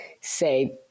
say